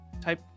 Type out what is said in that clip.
type